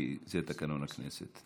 כי זה תקנון הכנסת.